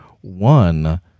one